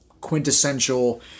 quintessential